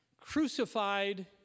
crucified